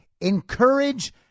Encourage